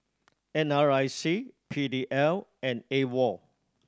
N R I C P D L and AWOL